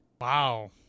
Wow